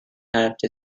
helped